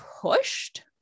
pushed